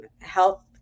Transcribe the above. health